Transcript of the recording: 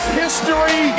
history